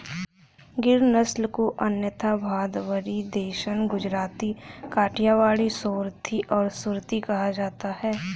गिर नस्ल को अन्यथा भदावरी, देसन, गुजराती, काठियावाड़ी, सोरथी और सुरती कहा जाता है